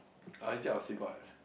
honestly I would say god ah